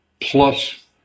plus